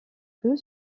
que